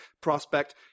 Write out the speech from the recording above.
prospect